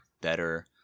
better